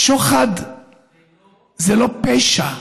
ששוחד זה לא פשע.